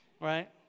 right